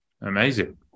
Amazing